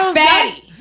fatty